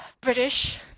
British